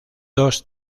dos